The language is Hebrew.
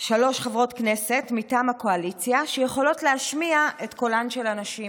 חברות כנסת מטעם הקואליציה שיכולות להשמיע את קולן של הנשים.